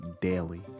daily